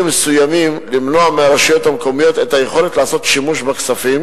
מסוימים למנוע מהרשויות המקומיות את היכולת לעשות שימוש בכספים,